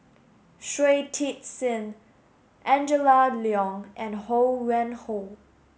Shui Tit Sing Angela Liong and Ho Yuen Hoe